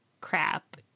crap